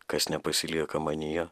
kas nepasilieka manyje